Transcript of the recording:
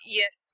yes